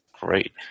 Great